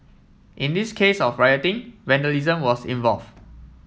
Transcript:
in this case of rioting vandalism was involve